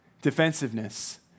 Defensiveness